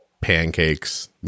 pancakes